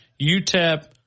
UTEP